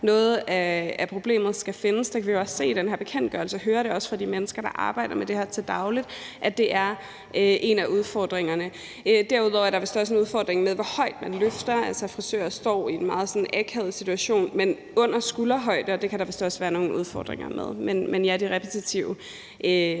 noget af problemet skal findes. Det kan vi jo også se i den her bekendtgørelse. Vi hører også fra de mennesker, der arbejder med det her til daglig, at det er en af udfordringerne. Derudover er der vist også en udfordring med, hvor højt man løfter. Frisører står i en meget akavet position, men arbejdet er under skulderhøjde, og det kan der vist også være nogle udfordringer med. De repetitive